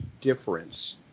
difference